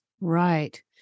Right